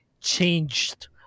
changed